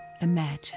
Imagine